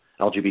LGBT